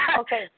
Okay